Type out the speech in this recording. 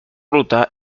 ruta